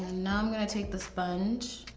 now i'm gonna take the sponge.